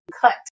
cut